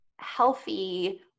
healthy